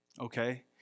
okay